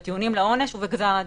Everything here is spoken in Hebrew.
בטיעונים לעונש ובגזר הדין.